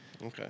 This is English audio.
Okay